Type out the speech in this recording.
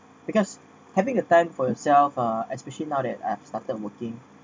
because having a time for yourself uh especially now that I've started working